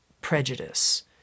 prejudice